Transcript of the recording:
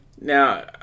Now